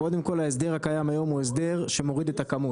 קודם כל ההסדר הקיים היום הוא הסדר שמוריד את הכמות.